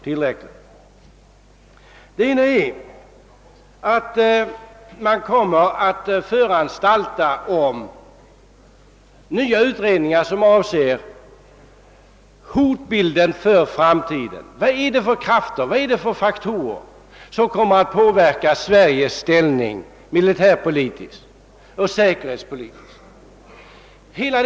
Den ena nyheten är att man kommer att föranstalta om nya utredningar avseende hotbilden för framtiden. Vad är det för krafter och faktorer som kommer att påverka Sveriges ställning militärpolitiskt och = säkerhetspolitiskt?